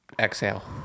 Exhale